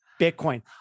Bitcoin